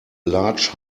large